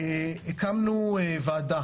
הקמנו ועדה